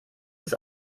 des